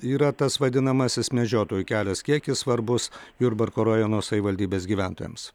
yra tas vadinamasis medžiotojų kelias kiek jis svarbus jurbarko rajono savivaldybės gyventojams